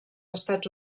estats